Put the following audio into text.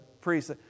priests